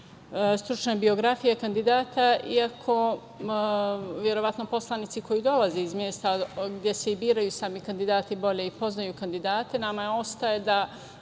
stručne biografije kandidata iako verovatno poslanici koji dolaze iz mesta gde se i biraju sami kandidati, bolje i poznaju kandidate, nama ostaje da